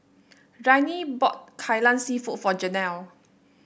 Ryne bought Kai Lan seafood for Janelle